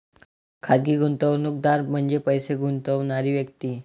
खाजगी गुंतवणूकदार म्हणजे पैसे गुंतवणारी व्यक्ती